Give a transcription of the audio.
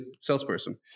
salesperson